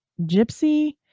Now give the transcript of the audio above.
Gypsy